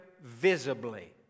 visibly